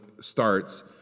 starts